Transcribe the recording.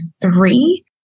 three